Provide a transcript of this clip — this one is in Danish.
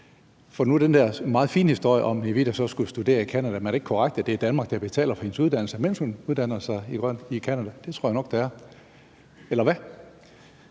spørge til den der meget fine historie om Nivi, der skulle studere i Canada: Er det ikke korrekt, at det er Danmark, der betaler for hendes uddannelse, mens hun uddanner sig i Canada? Det tror jeg nok det er, eller hvad?